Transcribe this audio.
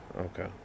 Okay